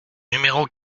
numéro